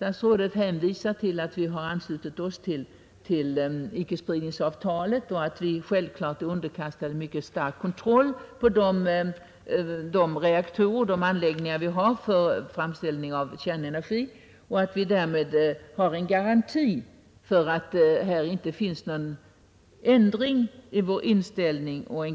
Industriministern hänvisar till att vi har anslutit oss till icke-spridningsavtalet och självklart är underkastade en mycket stark kontroll för de reaktorer vi har för framställning av kärnenergi. Detta är, ansåg industriministern, en garanti för att det inte skett någon ändring i vår inställning och